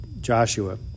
Joshua